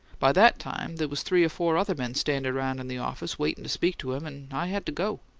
by that time there was three or four other men standin' around in the office waitin' to speak to him, and i had to go.